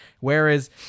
whereas